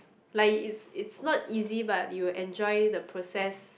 like it's it's not easy but you will enjoy the process